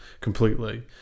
completely